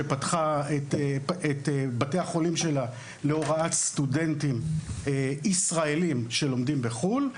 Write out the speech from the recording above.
שפתחה את בתי החולים שלה להוראת סטודנטים ישראלים שלומדים בחו"ל.